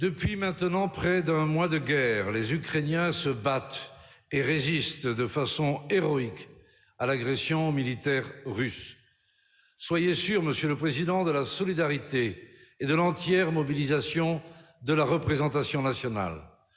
Depuis maintenant près d'un mois de guerre, les Ukrainiens se battent et résistent de façon héroïque à l'agression militaire russe. Soyez sûr, monsieur le président, de la solidarité et de l'entière mobilisation de la représentation nationale.